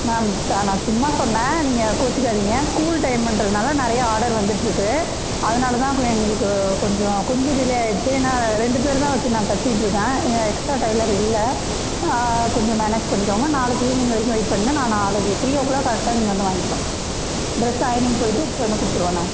ma'am நான் சும்மா சொன்னேன் நீங்கள் கோச்சிக்காதீங்க ஸ்கூல் டைமுன்றதுனால நிறைய ஆர்டர் வந்துட்டுருக்கு அதனால் தான் கொஞ்ச எங்களுக்கு கொஞ்சம் கொஞ்சம் டிலே ஆயிடுச்சு ஏன்னா ரெண்டு பேரை தான் வச்சு நான் தச்சிகிட்டு இருக்கேன் எக்ஸ்ட்ரா டெய்லர் இல்லை கொஞ்சம் மேனேஜ் பண்ணிக்கோங்க நாளைக்கு ஈவ்னிங் வரைக்கும் வெயிட் பண்ணுங்கள் நான் நாளைக்கு த்ரீ ஒ க்ளாக் கரெக்டாக நீங்கள் வந்து வாங்கிக்கலாம் ட்ரெஸ் அயனிங் போய்விட்டு எடுத்துகிட்டு வந்து கொடுத்துருவோம் மேம்